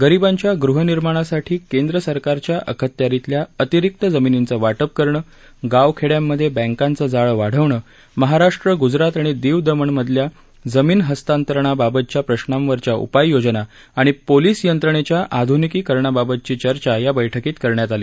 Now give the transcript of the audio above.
गरिबांच्या गृहनिर्माणासाठी केंद्र सरकारच्या अखत्यारितल्या अतिरिक्त जमिनींचं वाटप करणं गावखेड्यांमधे बँकांचं जाळं वाढवणं महाराष्ट्र ग्जरात आणि दमण दीवमधल्या जमीन हस्तांतरणाबाबतच्या प्रश्नांवरच्या उपाययोजना आणि पोलीस यंत्रणेच्या आध्निकीकरणाबाबतची चर्चा या बैठकीत करण्यात आली